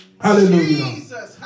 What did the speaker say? Hallelujah